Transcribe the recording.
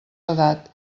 edat